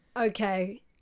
Okay